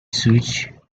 switched